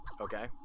Okay